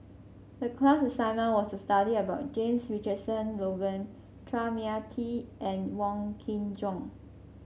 the class assignment was to study about James Richardson Logan Chua Mia Tee and Wong Kin Jong